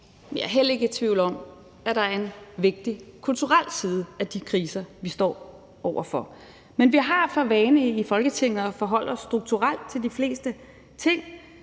Jeg er heller ikke tvivl om, at der er en vigtig kulturel side af de kriser, vi står over for. Men vi har for vane i Folketinget at forholde os strukturelt til de fleste ting.